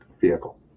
vehicle